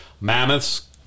mammoths